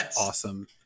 awesome